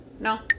No